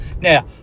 Now